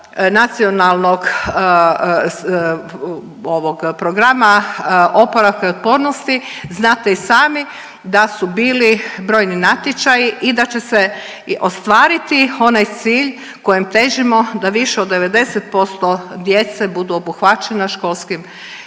sada sa ovim sredstvima iz NPOO-a znate i sami da su bili brojni natječaji i da će se ostvariti onaj cilj kojem težimo da više od 90% djece budu obuhvaćena školskim